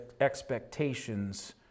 expectations